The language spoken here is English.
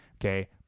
Okay